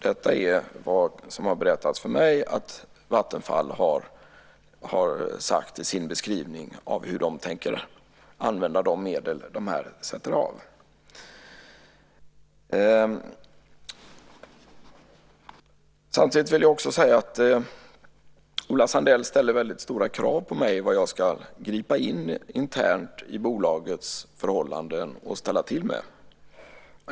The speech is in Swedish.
Det är vad som berättats för mig att Vattenfall har sagt i sin beskrivning av hur det tänker använda de medel som man sätter av. Samtidigt vill jag säga att Ola Sundell ställer väldigt stora krav på mig när det gäller vad jag ska gripa in internt i bolagets förhållanden och ställa till med.